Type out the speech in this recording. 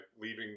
leaving